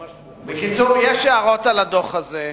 בקיצור, יש הערות על הדוח הזה.